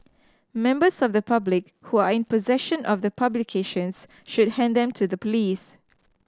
members of the public who are in possession of the publications should hand them to the police